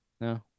No